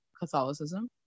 Catholicism